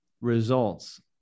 results